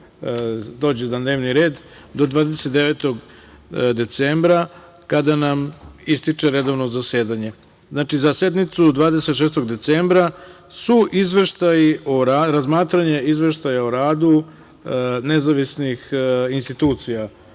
dođe na dnevni red do 29. decembra, kada nam ističe redovno zasedanje. Znači, za sednicu 26. decembra je razmatranje izveštaja o radu nezavisnih institucija.